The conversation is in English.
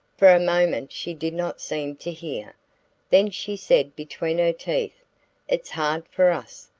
for a moment she did not seem to hear then she said between her teeth it's hard for us.